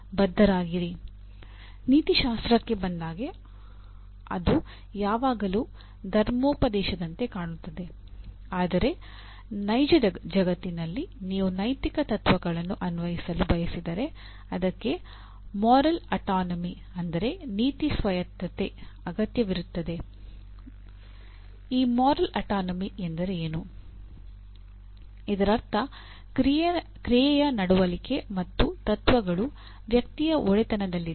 ಇದರರ್ಥ ಕ್ರಿಯೆಯ ನಡವಳಿಕೆ ಮತ್ತು ತತ್ವಗಳು ವ್ಯಕ್ತಿಯ ಒಡೆತನದಲ್ಲಿದೆ